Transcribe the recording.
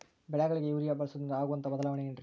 ಬೆಳೆಗಳಿಗೆ ಯೂರಿಯಾ ಬಳಸುವುದರಿಂದ ಆಗುವಂತಹ ಬದಲಾವಣೆ ಏನ್ರಿ?